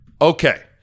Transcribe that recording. Okay